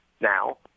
now